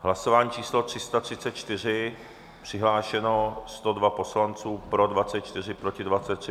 Hlasování číslo 334, přihlášeno 102 poslanců, pro 24, proti 23.